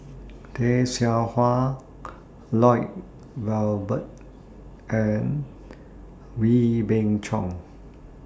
Tay Seow Huah Lloyd Valberg and Wee Beng Chong